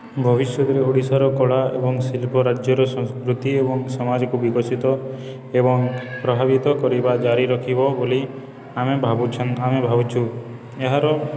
ଭବିଷ୍ୟତରେ ଓଡ଼ିଶାର କଳା ଏବଂ ଶିଳ୍ପ ରାଜ୍ୟର ସଂସ୍କୃତି ଏବଂ ସମାଜକୁ ବିକଶିତ ଏବଂ ପ୍ରଭାବିତ କରିବା ଜାରିରଖିବ ବୋଲି ଆମେ ଭାବୁଛୁ ଆମେ ଭାବୁଛୁ ଏହାର